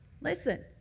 listen